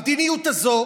המדיניות הזאת,